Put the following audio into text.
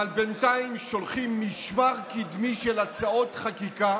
אבל בינתיים שולחים משמר קדמי של הצעות חקיקה